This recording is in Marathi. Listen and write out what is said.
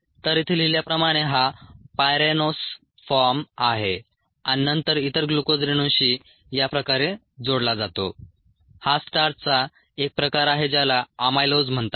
तर इथे लिहिल्याप्रमाणे हा पायरेनोस फॉर्म आहे आणि नंतर इतर ग्लुकोज रेणूंशी या प्रकारे जोडला जातो हा स्टार्चचा एक प्रकार आहे ज्याला अमायलोज म्हणतात